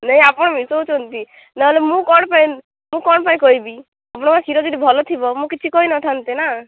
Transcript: ନାଇଁ ଆପଣ ମିଶାଉଛନ୍ତି ନହେଲେ ମୁଁ କ'ଣ ପାଇଁ ମୁଁ କ'ଣ ପାଇଁ କହିବି ଆପଣଙ୍କର କ୍ଷୀର ଯଦି ଭଲ ଥିବ ମୁଁ କିଛି କହି ନ ଥାନ୍ତି ନା